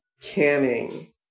canning